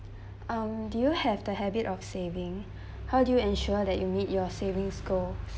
um do you have the habit of saving how do you ensure that you meet your savings goal